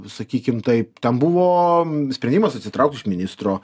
sakykim taip ten buvo sprendimas atsitraukt iš ministro